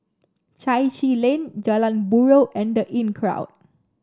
Chai Chee Lane Jalan Buroh and The Inncrowd